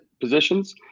positions